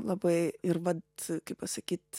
labai ir vat kaip pasakyt